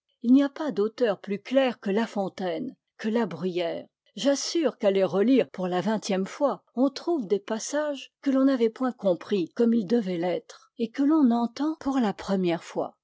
il n'y a pas d'auteurs plus clairs que la fontaine que la bruyère j'assure qu'à les relire pour la vingtième fois on trouve des passages que l'on n'avait point compris comme ils devaient l'être et que l'on entend pour la première fois